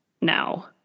now